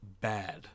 bad